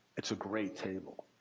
it's a great table.